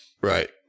Right